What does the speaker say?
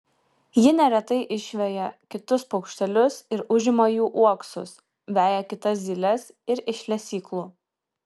ji neretai išveja kitus paukštelius ir užima jų uoksus veja kitas zyles ir iš lesyklų